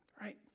right